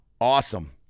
Awesome